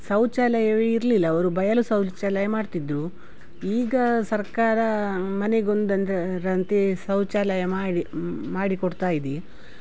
ಶೌಚಾಲಯವೆ ಇರಲಿಲ್ಲ ಅವರು ಬಯಲು ಶೌಚಾಲಯ ಮಾಡ್ತಿದ್ದರು ಈಗ ಸರ್ಕಾರ ಮನೆಗೊಂದಂದ್ರ ರಂತೇ ಶೌಚಾಲಯ ಮಾಡಿ ಮಾಡಿಕೊಡ್ತಾ ಇದೆ